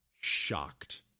shocked